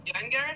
younger